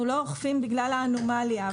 אנחנו לא אוכפים בגלל האנומליה,